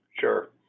sure